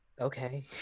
Okay